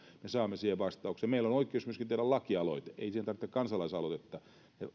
me saamme siihen vastauksia meillä on oikeus myöskin tehdä lakialoite ei siihen tarvita kansalaisaloitetta